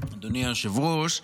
אדוני היושב-ראש,